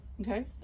Okay